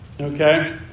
Okay